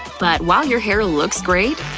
but while your hair looks great,